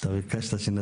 אתה ביקשת שנתחיל הקראה.